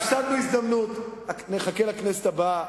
הפסדנו הזדמנות, נחכה לכנסת הבאה.